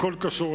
הכול קשור.